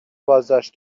بازداشت